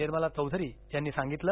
निर्मला चौधरी यांनी सांगितलं